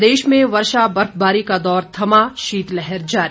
प्रदेश में वर्षा बर्फबारी का दौर थमा शीतलहर जारी